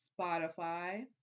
Spotify